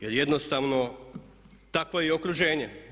Jer jednostavno takvo je okruženje.